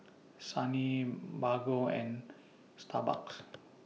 Sony Bargo and Starbucks